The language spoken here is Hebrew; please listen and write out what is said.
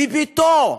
בביתו,